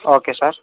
okay sir